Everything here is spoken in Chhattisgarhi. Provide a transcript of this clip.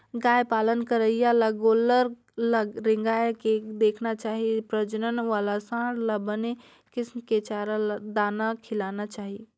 गाय पालन करइया ल गोल्लर ल रेंगाय के देखना चाही प्रजनन वाला सांड ल बने किसम के चारा, दाना खिलाना चाही